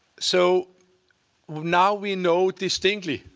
so now we know distinctly